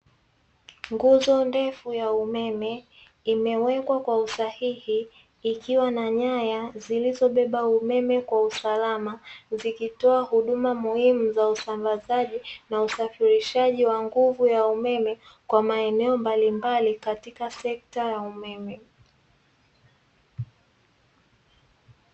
Nguzo ndefu ya umeme imewekwa kwa usahihi, ikiwa na nyaya zilizobeba umeme kwa usalama, zikitoa huduma muhimu za usambazaji na usafirishaji wa nguvu ya umeme, kwa maeneo mbalimbali katika sekta ya umeme.